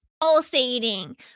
pulsating